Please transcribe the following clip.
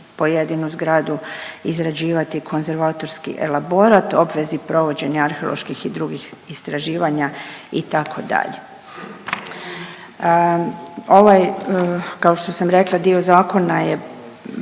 pojedinu zgradu izrađivati konzervatorski elaborat, obvezi provođenja arheoloških i drugih istraživanja itd.. Ovaj kao što sam rekla dio zakona je